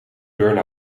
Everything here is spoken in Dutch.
burn